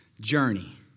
journey